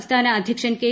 സംസ്ഥാന അധ്യക്ഷൻ കെ